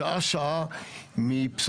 שעה שעה מפסולת.